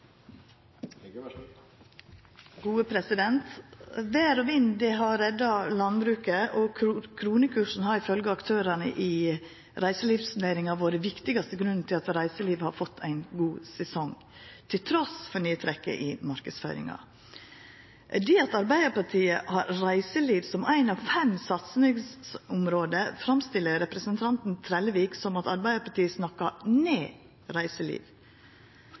reiselivsnæringa vore den viktigaste grunnen til at reiselivet har fått ein god sesong – trass i nedtrekket i marknadsføringa. Det at Arbeidarpartiet har reiseliv som eit av fem satsingsområde, framstiller representanten Trellevik som at Arbeidarpartiet «snakkar ned» reiseliv.